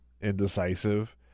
indecisive